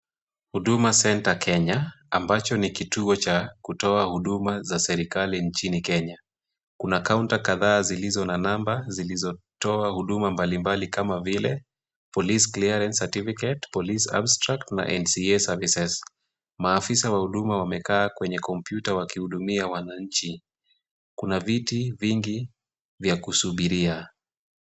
Huduma Centre Kenya ambacho ni kituo cha kutoa huduma za serikali nchini Kenya. Kuna kaunta kadhaa zilizo na namba zilizotoa huduma mbalimbali kama vile police clearance certificate, police abstract na NCA services . Wahudumu wamekaa kwenye kompyuta wakihudumia wananchi. Kuna viti vingi vya kusubiria.